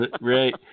right